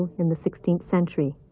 in the sixteenth century.